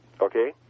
okay